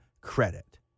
credit